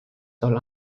soll